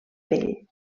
pell